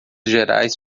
gerais